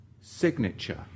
signature